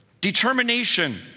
determination